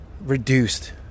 reduced